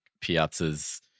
Piazza's